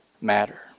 matter